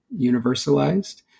universalized